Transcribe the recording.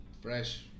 fresh